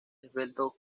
esbeltos